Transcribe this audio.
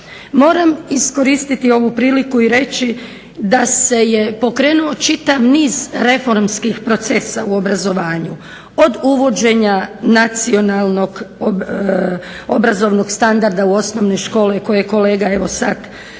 Moram iskoristiti ovu priliku i reći da se je pokrenuo čitav niz reformskih procesa u obrazovanju od uvođenja nacionalnog obrazovnog standarda u osnovne škole kojeg je kolega spomenuo